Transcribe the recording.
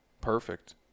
perfect